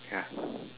ya